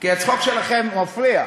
כי הצחוק שלכם מפריע.